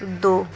دو